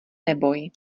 neboj